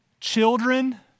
children